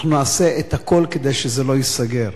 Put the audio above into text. אנחנו נעשה את הכול כדי שזה לא ייסגר.